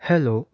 hello